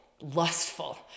lustful